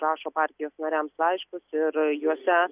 rašo partijos nariams laiškus ir juose